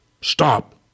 stop